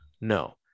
No